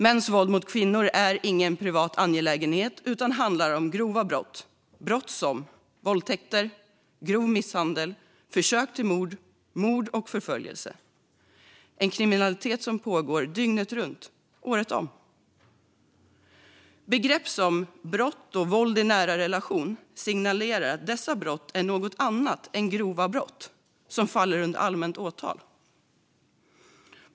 Mäns våld mot kvinnor är ingen privat angelägenhet utan handlar om grova brott, brott som våldtäkter, grov misshandel, försök till mord, mord och förföljelse. Det är en kriminalitet som pågår dygnet runt året om. Begrepp som brott i nära relationer och våld i nära relationer signalerar att dessa brott är något annat än grova brott som faller under allmänt åtal.